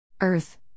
Earth